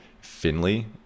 Finley